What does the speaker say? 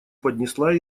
поднесла